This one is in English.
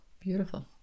beautiful